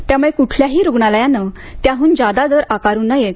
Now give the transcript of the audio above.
त्यामुळे कुठल्याही रूग्णालयानं त्याहून जादा दर आकारू नये